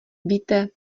víte